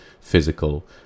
physical